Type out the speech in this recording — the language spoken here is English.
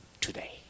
Today